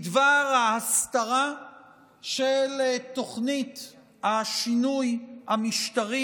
בדבר ההסתרה של תוכנית השינוי המשטרי